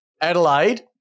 Adelaide